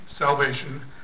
salvation